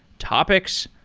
topics.